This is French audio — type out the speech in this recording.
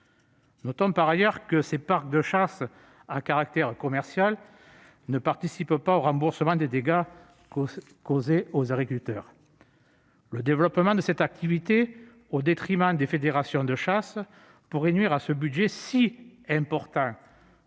Notons par ailleurs que ces parcs de chasse à caractère commercial ne participent pas aux remboursements des dégâts causés aux agriculteurs. Le développement de cette activité, au détriment des fédérations de chasse, pourrait nuire à ce budget si important